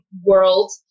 world